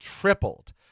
tripled